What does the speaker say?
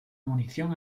munición